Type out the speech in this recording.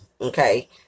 okay